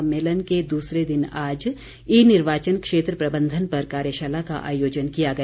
सम्मेलन के दूसरे दिन आज ई निर्वाचन क्षेत्र प्रबंधन पर कार्यशाला का आयोजन किया गया